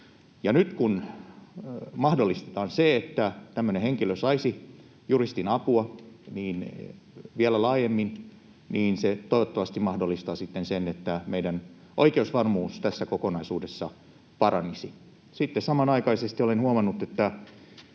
Nyt kun mahdollistetaan se, että tämmöinen henkilö saisi juristin apua vielä laajemmin, niin se toivottavasti mahdollistaa sitten sen, että meidän oikeusvarmuus tässä kokonaisuudessa paranisi. Sitten samanaikaisesti olen huomannut, että